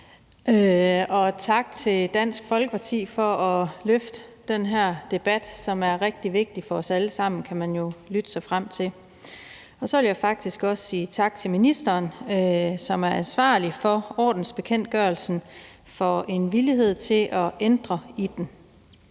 og tak til Dansk Folkeparti for at rejse den her debat, som er rigtig vigtig for os alle sammen, kan man jo lytte sig frem til. Så vil jeg faktisk også sige tak til ministeren, som er ansvarlig for ordensbekendtgørelsen, for en villighed til at ændre i den.